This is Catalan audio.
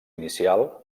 inicial